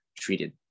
treated